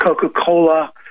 coca-cola